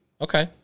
Okay